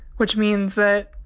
which means that